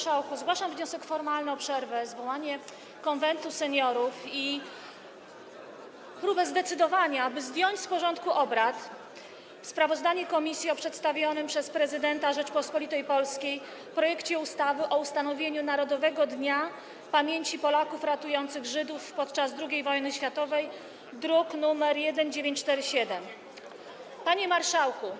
Zgłaszam wniosek formalny o ogłoszenie przerwy, zwołanie Konwentu Seniorów i próbę zadecydowania o zdjęciu z porządku obrad sprawozdania komisji o przedstawionym przez prezydenta Rzeczypospolitej Polskiej projekcie ustawy o ustanowieniu Narodowego Dnia Pamięci Polaków ratujących Żydów podczas II wojny światowej, druk nr 1947. Panie Marszałku!